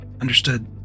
Understood